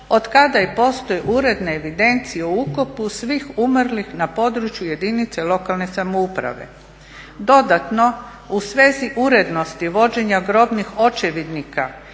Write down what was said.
otkada postoje uredne evidencije o ukopu svih umrlih na području jedinice lokalne samouprave. Dodatno, u svezi urednosti vođenja grobnih očevidnika